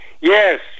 Yes